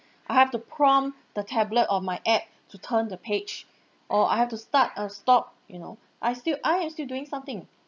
I have to prompt the tablet or my app to turn the page or I have to start uh stop you know I still I am still doing something